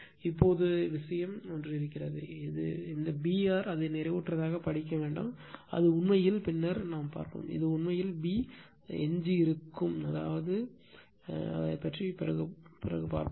இப்போது ஒரு விஷயம் இருக்கிறது இந்த B r அதை நிறைவுற்றதாக படிக்க வேண்டாம் அது உண்மையில் பின்னர் பார்க்கும் இது உண்மையில் B எஞ்சியிருக்கும் எனவே அதற்கு பிறகு வருவோம்